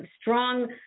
strong